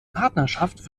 partnerschaft